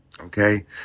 okay